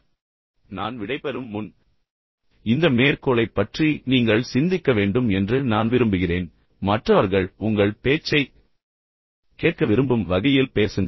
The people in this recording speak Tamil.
எனவே நான் விடைபெறும் முன் இந்த மேற்கோளைப் பற்றி நீங்கள் சிந்திக்க வேண்டும் என்று நான் விரும்புகிறேன் மற்றவர்கள் உங்கள் பேச்சைக் கேட்க விரும்பும் வகையில் பேசுங்கள்